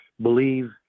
believe